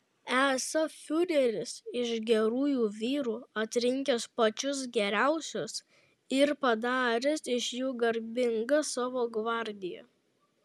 esą fiureris iš gerųjų vyrų atrinkęs pačius geriausius ir padaręs iš jų garbingą savo gvardiją